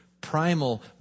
primal